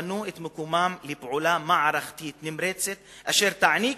יפנו את מקומם לפעולה מערכתית נמרצת אשר תעניק